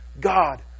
God